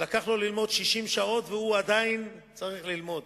שלקח לו ללמוד 60 שעות והוא עדיין צריך ללמוד.